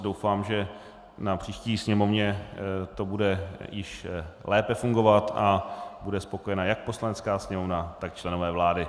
Doufám, že na příští schůzi Sněmovny to bude již lépe fungovat a bude spokojena jak Poslanecká sněmovna, tak členové vlády.